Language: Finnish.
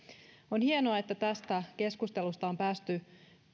on hienoa että tästä keskustelusta on päästy